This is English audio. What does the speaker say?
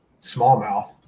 smallmouth